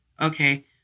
okay